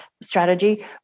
strategy